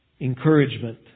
Encouragement